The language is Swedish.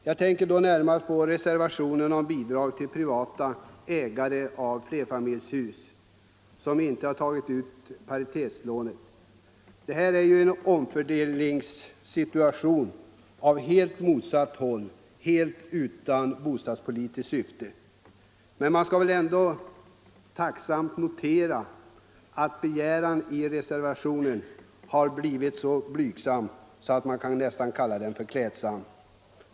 Jag tänker närmast på reservationen om bidrag till privata ägare av flerfamiljshus som inte tagit ut paritetslån. Detta är ju en omfördelning åt helt motsatt håll — alldeles utan bostadspolitiskt syfte. Men man skall väl ändå tacksamt notera att begäran i reservationen har blivit så blygsam att man nästan kan kalla den klädsam.